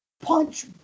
punch